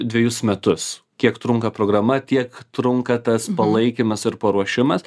dvejus metus kiek trunka programa tiek trunka tas palaikymas ir paruošimas